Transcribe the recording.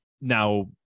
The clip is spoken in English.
now